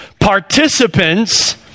participants